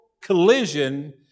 collision